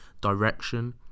direction